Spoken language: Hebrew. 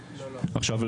עכשיו,